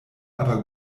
aber